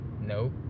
Nope